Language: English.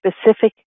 specific